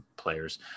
players